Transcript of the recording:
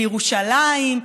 לירושלים,